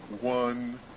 one